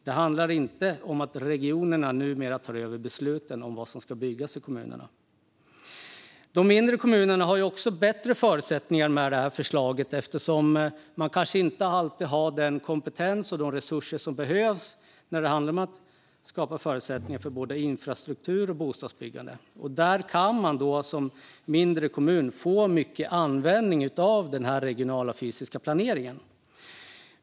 Det handlar inte om att regionerna numera tar över besluten om vad som ska byggas i kommunerna. De mindre kommunerna får också bättre förutsättningar med det här förslaget, eftersom man kanske inte alltid har den kompetens och de resurser som behövs när det handlar om att skapa förutsättningar för både infrastruktur och bostadsbyggande. Där kan man som en mindre kommun få mycket användning av den regionala fysiska planeringen.